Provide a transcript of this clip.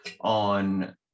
on